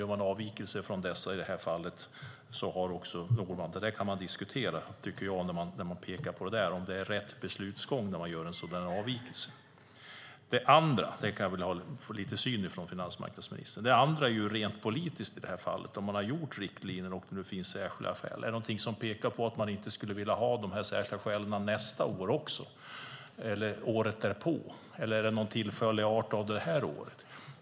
Gör man avvikelser från dem i detta fall kan man diskutera om det är rätt beslutsgång. Det andra som jag vill ha finansmarknadsministerns syn på är en ren politisk fråga. Om man har gjort riktlinjer och om det finns särskilda skäl, är det då något som pekar på att man inte skulle vilja ha dessa särskilda skäl nästa år också eller året därpå, eller är detta något som är av tillfällig art detta år?